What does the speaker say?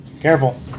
Careful